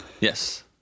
yes